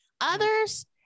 Others